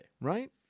Right